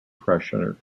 pressure